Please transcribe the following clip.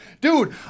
Dude